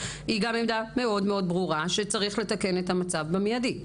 היא גם עמדה מאוד ברורה שצריך לתקן את המצב במיידי.